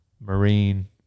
Marine